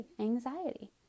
anxiety